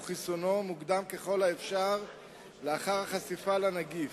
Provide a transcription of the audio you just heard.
חיסונו מוקדם ככל האפשר לאחר החשיפה לנגיף.